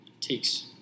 takes